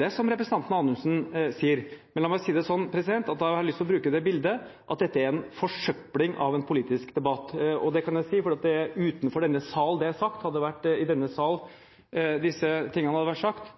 det som representanten Anundsen sier, var et bilde, men la meg si det slik at da har jeg lyst til å bruke det bildet – at dette er en «forsøpling» av en politisk debatt. Og det kan jeg si, for det er sagt utenfor denne sal. Hadde det vært i denne sal disse tingene hadde blitt sagt,